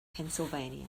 pennsylvania